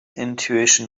intuition